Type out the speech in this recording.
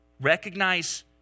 recognize